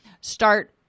start